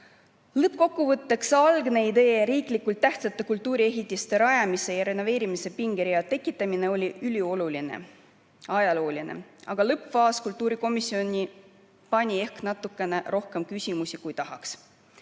Lõppkokkuvõtteks. Algne idee, riiklikult tähtsate kultuuriehitiste rajamise ja renoveerimise pingerea tekitamine, oli ülioluline, ajalooline. Aga lõppfaasis kultuurikomisjon pani lauale ehk natukene rohkem küsimusi, kui tahaks.